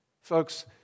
Folks